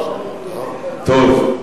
טוב.